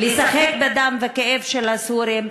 לשחק בדם ובכאב של הסורים.